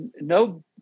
no